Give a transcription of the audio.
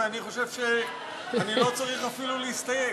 ואני חושב שאני לא צריך אפילו להסתייג.